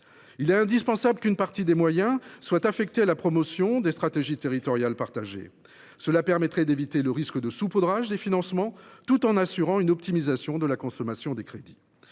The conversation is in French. Il est indispensable qu’une partie des moyens ainsi mobilisés soit affectée à la promotion de stratégies territoriales partagées. Cela permettrait d’éviter le risque de saupoudrage des financements tout en assurant une optimisation de la consommation des crédits.